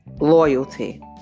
loyalty